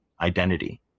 identity